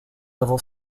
level